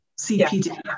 CPD